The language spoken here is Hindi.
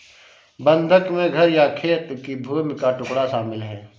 बंधक में घर या खेत की भूमि का टुकड़ा शामिल है